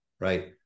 right